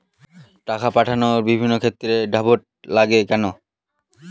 টাকা পাঠানোর বিভিন্ন ক্ষেত্রে ড্রাফট লাগে কেন?